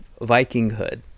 Vikinghood